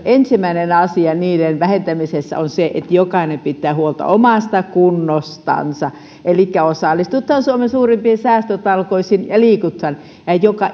ensimmäinen asia sote menojen vähentämisessä on se että jokainen pitää huolta omasta kunnostansa elikkä osallistutaan suomen suurimpiin säästötalkoisiin ja liikutaan ja joka